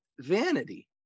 vanity